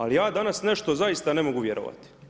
Ali ja danas nešto zaista ne mogu vjerovati.